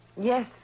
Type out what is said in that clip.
Yes